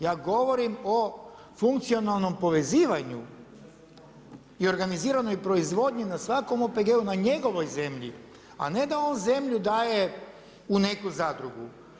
Ja govorim o funkcionalnom povezivanju i organiziranoj proizvodnji na svakom OPG-u, na njegovoj zemlji, a ne da on zemlju daje u neku zadrugu.